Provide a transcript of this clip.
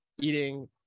eating